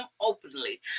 openly